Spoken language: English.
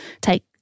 take